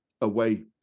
away